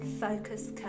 focus